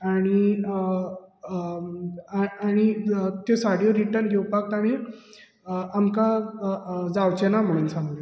आनी आं आनी त्यो साडयो रिर्टन घेवपाक ताणी आमकां जावचेना म्हणून सांगले